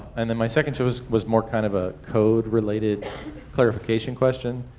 and then my second was was more kind of a code-related clarification question.